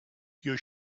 you